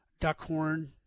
Duckhorn